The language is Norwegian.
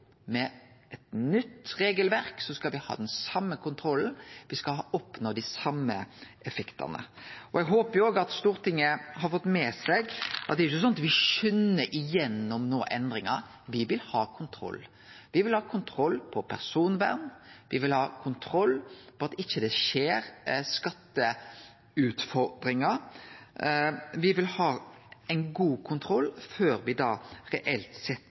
med eit nytt regelverk skal ha den same kontrollen, me skal oppnå dei same effektane. Eg håpar òg at Stortinget har fått med seg at det ikkje er sånn at me skundar gjennom endringar no. Me vil ha kontroll. Me vil ha kontroll på personvern, me vil ha kontroll på at det ikkje skjer skatteutfordringar, me vil ha god kontroll før me reelt sett